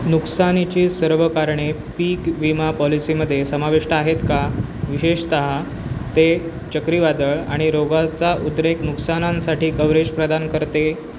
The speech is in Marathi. नुकसानीची सर्व कारणे पीक विमा पॉलिसीमध्ये समाविष्ट आहेत का विशेषतः ते चक्रीवादळ आणि रोगाचा उद्रेक नुकसानांसाठी कव्हरेज प्रदान करते